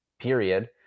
period